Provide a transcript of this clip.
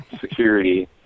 security